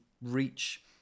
reach